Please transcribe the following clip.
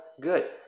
good